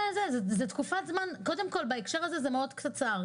בהקשר הזה התקופה קצרה מאוד.